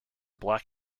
black